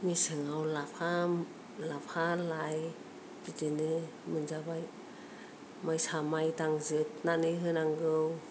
मेसेङाव लाफा लाइ बिदिनो मोनजाबाय मोसा माइदां जोबनानै होनांगौ